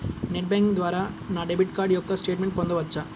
Net banking ద్వారా నా debit card యొక్క స్టేట్మెంట్ పొందవచ్చా?